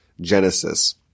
Genesis